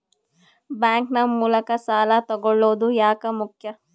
Bank ನ ಮೂಲಕ ಸಾಲ ತಗೊಳ್ಳೋದು ಯಾಕ ಮುಖ್ಯ?